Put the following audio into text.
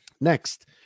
next